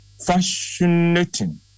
Fascinating